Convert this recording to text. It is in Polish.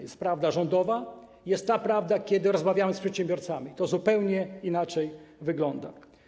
Jest prawda rządowa i jest ta prawda, kiedy rozmawiamy z przedsiębiorcami - to zupełnie inaczej wygląda.